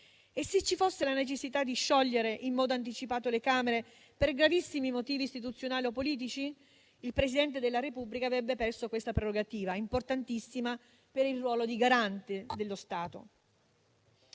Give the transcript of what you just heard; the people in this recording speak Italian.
Se ci fosse la necessità di sciogliere in modo anticipato le Camere per gravissimi motivi istituzionali o politici? Il Presidente della Repubblica avrebbe perso questa prerogativa importantissima per il ruolo di garante dello Stato.